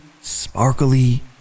sparkly